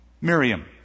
Miriam